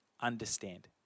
understand